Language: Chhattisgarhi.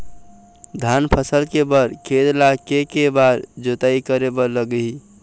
धान फसल के बर खेत ला के के बार जोताई करे बर लगही?